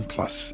Plus